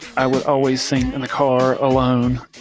i would always sing in the car alone.